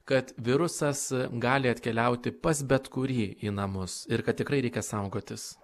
kad virusas gali atkeliauti pas bet kurį į namus ir kad tikrai reikia saugotis